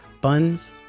Buns